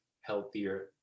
healthier